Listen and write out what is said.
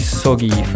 soggy